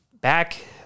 back